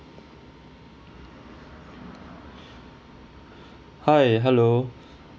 hi hello